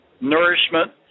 nourishment